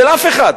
של אף אחד,